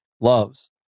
loves